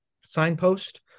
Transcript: signpost